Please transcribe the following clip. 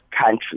country